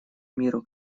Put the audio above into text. миру